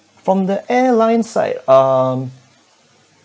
from the airline side um